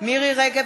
מירי רגב,